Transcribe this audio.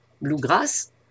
bluegrass